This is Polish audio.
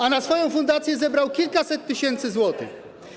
A na swoją fundację zebrał kilkaset tysięcy złotych.